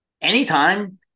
Anytime